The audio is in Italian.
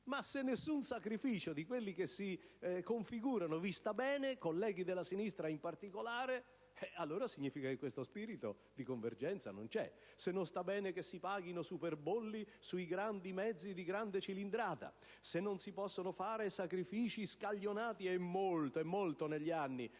Ma se nessun sacrificio di quelli che si configurano vi sta bene - mi riferisco, in particolare, a voi colleghi della sinistra - significa che questo spirito di convergenza non c'è. Se non sta bene che si paghino superbolli sui mezzi di grande cilindrata, se non si possono fare sacrifici scaglionati, e molto, molto, negli anni